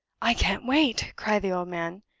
i can't wait! cried the old man,